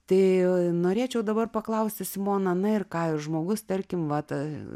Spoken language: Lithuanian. tai norėčiau dabar paklausti simona na ir ką žmogus tarkim vat